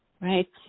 right